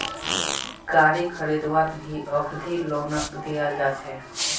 गारी खरीदवात भी अवधि लोनक दियाल जा छे